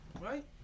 Right